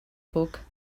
book